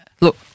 Look